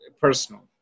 personal